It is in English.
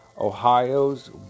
Ohio's